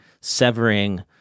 severing